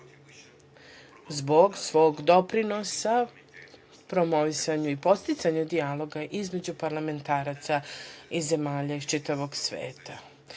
zbog svog doprinosa, promovisanju i podsticanju dijaloga između parlamentaraca iz zemalja iz čitavog